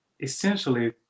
essentially